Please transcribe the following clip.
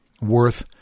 worth